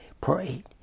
pray